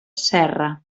serra